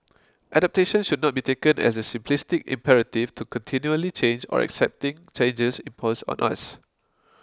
adaptation should not be taken as the simplistic imperative to continually change or accepting changes imposed on us